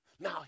Now